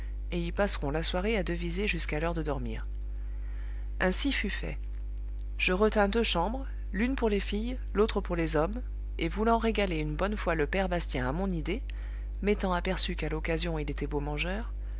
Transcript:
et y passerons la soirée à deviser jusqu'à l'heure de dormir ainsi fut fait je retins deux chambres l'une pour les filles l'autre pour les hommes et voulant régaler une bonne fois le père bastien à mon idée m'étant aperçu qu'à l'occasion il était beau mangeur